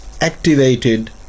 activated